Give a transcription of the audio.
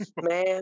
Man